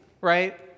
right